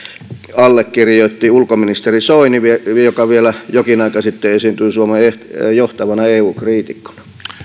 allekirjoitti ulkoministeri soini joka vielä jokin aika sitten esiintyi suomen johtavana eu kriitikkona